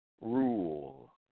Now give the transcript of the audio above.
rule